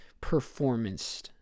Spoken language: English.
performance